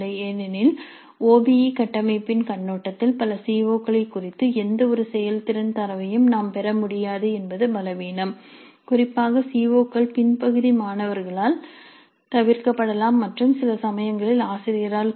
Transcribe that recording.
ஏனெனில் OBE கட்டமைப்பின் கண்ணோட்டத்தில் பல சி ஓ கள் குறித்து எந்தவொரு செயல்திறன் தரவையும் நாம் பெற முடியாது என்பது பலவீனம் குறிப்பாக சி ஓ கள் பின்பகுதி மாணவர்களால் தவிர்க்கப்படலாம் மற்றும் சில சமயங்களில் ஆசிரியரால் கூட